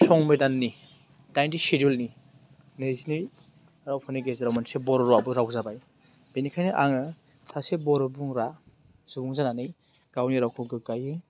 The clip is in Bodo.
संबिधाननि दाइनथि सिडिउलनि नैजिनै रावफोरनि गेजेराव मोनसे बर' रावाबो राव जाबाय बेनिखायनो आङो सासे बर' बुंग्रा सुबुं जानानै गावनि रावखौ गोग्गायो